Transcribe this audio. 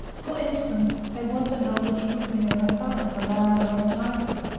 for instance, they want to know which would win in a fight, a lion or a tiger.